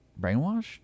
brainwashed